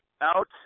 Out